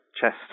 chest